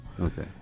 Okay